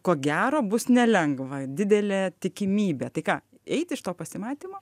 ko gero bus nelengva didelė tikimybė tai ką eit iš to pasimatymo